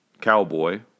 cowboy